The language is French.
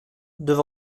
deux